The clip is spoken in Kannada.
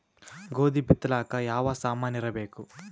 ಗೋಧಿ ಬಿತ್ತಲಾಕ ಯಾವ ಸಾಮಾನಿರಬೇಕು?